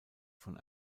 von